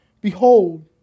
Behold